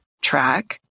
track